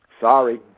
Sorry